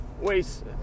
waste